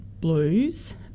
blues